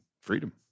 freedom